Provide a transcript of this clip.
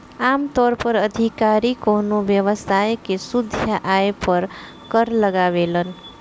आमतौर पर अधिकारी कवनो व्यवसाय के शुद्ध आय पर कर लगावेलन